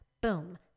boom